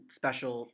special